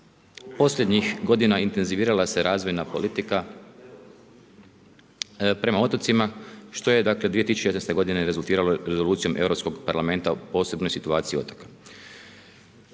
posljednjih godina intenzivirala se razvojna politika prema otocima, što je dakle 2016. godine rezultiralo rezolucijom Europskog parlamenta o posebnoj situaciji otoka.